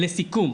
לסיכום,